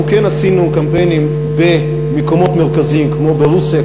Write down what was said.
אנחנו כן עשינו קמפיינים במקומות מרכזיים כמו ברוסיה,